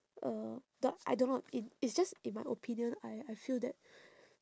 uh do~ I don't know in it's just in my opinion I I feel that